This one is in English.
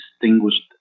distinguished